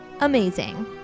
Amazing